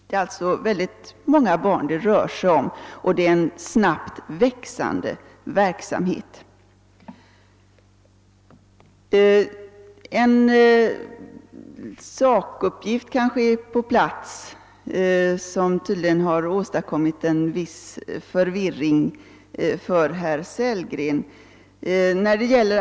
Det är alltså många barn det rör sig om, och det är en snabbt växande verksamhet. En sakuppgift kanske är på sin plats för att rätta till en viss missuppfattning hos herr Sellgren.